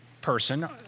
person